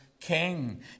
king